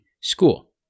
school